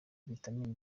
vitamine